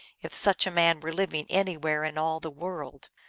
if such a man were living anywhere in all the world.